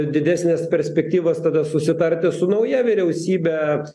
didesnės perspektyvos tada susitarti su nauja vyriausybe